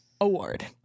award